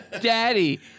Daddy